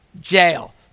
jail